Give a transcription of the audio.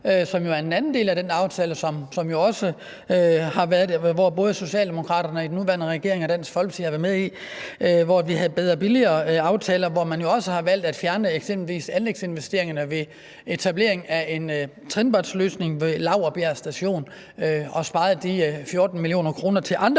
som jo er en anden del af den aftale, der også har været, og hvor både Socialdemokraterne i den nuværende regering og Dansk Folkeparti har været med. I forbindelse med »Bedre og billigere«-aftalen har man jo også valgt at fjerne eksempelvis anlægsinvesteringerne til etablering af en trinbrætsløsning ved Laurbjerg Station og sparet de 14 mio. kr. til andre